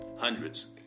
Hundreds